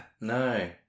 no